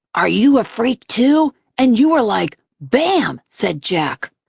are you a freak, too and you were like, bam! said jack.